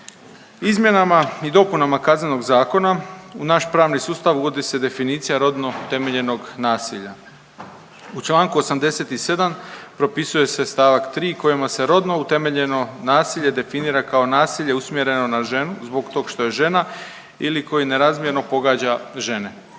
Izmjenama i dopunama Kaznenog zakona u naš pravni sustav uvodi se definicija rodno utemeljenog nasilja. U Članku 87. propisuje se stavak 3. kojima se rodno utemeljeno nasilje definira kao nasilje usmjereno na ženu zbog tog što je žena ili koji nerazmjerno pogađa žene.